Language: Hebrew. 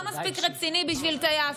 לא מספיק רציני בשביל טייס.